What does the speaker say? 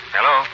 Hello